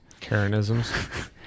Karenisms